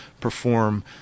perform